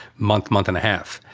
month, month and a half.